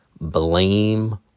blame